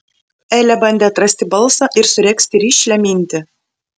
elė bandė atrasti balsą ir suregzti rišlią mintį